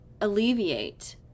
alleviate